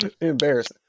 embarrassing